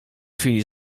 chwili